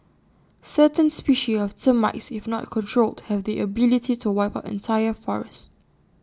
certain species of termites if not controlled have the ability to wipe out entire forests